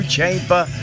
Chamber